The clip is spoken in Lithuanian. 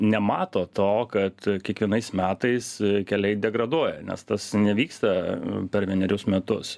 nemato to kad kiekvienais metais keliai degraduoja nes tas nevyksta per vienerius metus